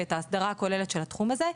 ואת האסדרה הכוללת של התחום הזה.